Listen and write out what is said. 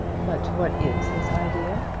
but what is his idea?